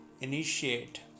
initiate